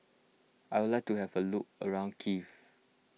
I would like to have a look around Kiev